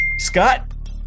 Scott